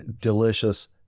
delicious